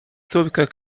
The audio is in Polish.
córkę